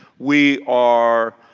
we are,